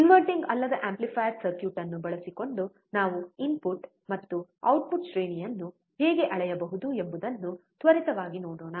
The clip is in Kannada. ಇನ್ವರ್ಟಿಂಗ್ ಅಲ್ಲದ ಆಂಪ್ಲಿಫಯರ್ ಸರ್ಕ್ಯೂಟ್ ಅನ್ನು ಬಳಸಿಕೊಂಡು ನಾವು ಇನ್ಪುಟ್ ಮತ್ತು ಔಟ್ಪುಟ್ ಶ್ರೇಣಿಯನ್ನು ಹೇಗೆ ಅಳೆಯಬಹುದು ಎಂಬುದನ್ನು ತ್ವರಿತವಾಗಿ ನೋಡೋಣ